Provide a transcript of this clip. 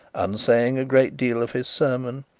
unsaying a great deal of his sermon,